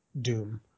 doom